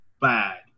bad